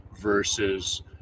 versus